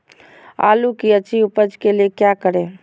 आलू की अच्छी उपज के लिए क्या करें?